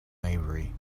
maybury